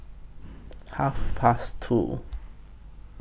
Half Past two